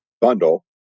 Bundle